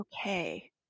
okay